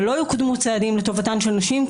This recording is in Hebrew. ולא יקודמו צעדים לטובתן של נשים,